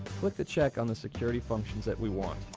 click the check on the security functions that we want.